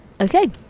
Okay